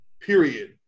period